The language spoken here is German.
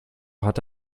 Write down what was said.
hatte